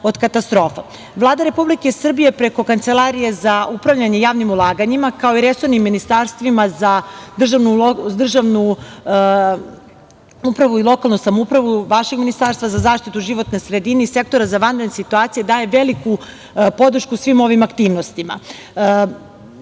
Republike Srbije, preko Kancelarije za upravljanje javnim ulaganjima, kao i resornim ministarstvima za državnu upravu i lokalnu samoupravu, vašeg Ministarstva za zaštitu životne sredine i Sektora za vanredne situacije daje veliku podršku svim ovim aktivnostima.